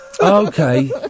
Okay